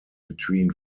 between